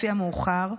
לפי המאוחר,